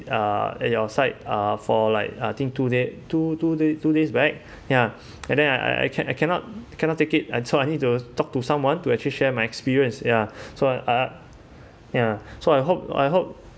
uh at your site uh for like I think two days two two days back ya and then I I can't I cannot cannot take it so I need to talk to someone to actually share my experience ya so uh so I hope I hope